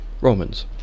Romans